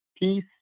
peace